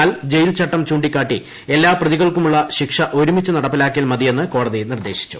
എന്നാൽ ജയിൽച്ചട്ടം ചൂണ്ടികാട്ടി എല്ലാ പ്രതികൾക്കുമുള്ള ശിക്ഷ ഒരുമിച്ച് നടപ്പിലാക്കിയാൽ മതിയെന്ന് കോടതി നിർദ്ദേശിച്ചു